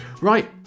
Right